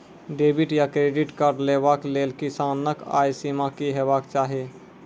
Debit या credit card लेवाक लेल किसानक आय सीमा की हेवाक चाही?